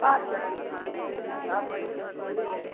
आठ टके ठीक हइ आब बुझि गेलिए ठीक